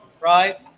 right